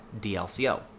DLCO